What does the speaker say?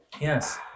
Yes